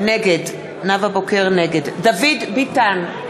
נגד דוד ביטן,